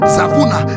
Zavuna